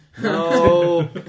No